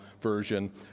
version